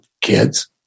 kids